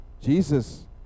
Jesus